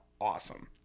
awesome